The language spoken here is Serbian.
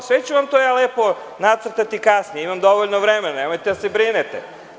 Sve ću vam ja to lepo nacrtati kasnije, imam dovoljno vremena, nemojte da se brinete.